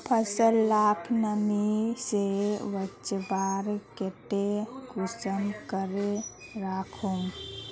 फसल लाक नमी से बचवार केते कुंसम करे राखुम?